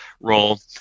role